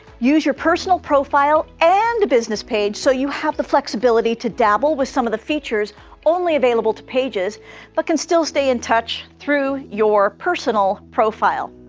use your personal profile and a business page so you have the flexibility to dabble with some of the features only available to pages but can still stay in touch through your personal profile.